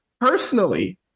personally